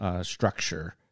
structure